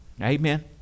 amen